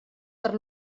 per